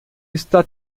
está